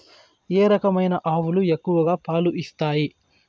ఏ రకమైన ఆవులు ఎక్కువగా పాలు ఇస్తాయి?